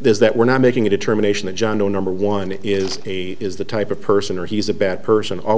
does that we're not making a determination that john doe number one is a is the type of person or he's a bad person